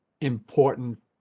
important